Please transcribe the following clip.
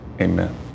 Amen